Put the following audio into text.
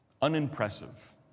unimpressive